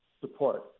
support